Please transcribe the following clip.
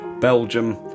Belgium